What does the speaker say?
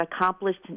accomplished